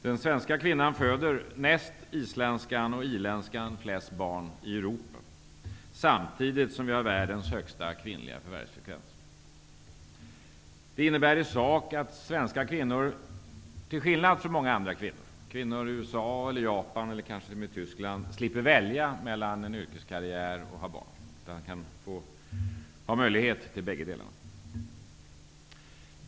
Den svenska kvinnan föder, näst isländskan och irländskan, flest barn i Europa, samtidigt som vi har världens högsta kvinnliga förvärvsfrekvens. Det innebär i sak att svenska kvinnor, till skillnad från kvinnor i många andra länder, -- USA, Japan, Tyskland -- slipper välja mellan en yrkeskarriär och att ha barn. Hon har möjlighet till bägge delarna.